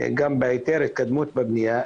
וההתקדמות בבנייה.